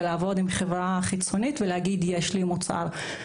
לעבוד עם חברה חיצונית ולהגיד: יש לי מוצר.